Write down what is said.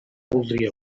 voldria